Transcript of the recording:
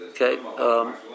Okay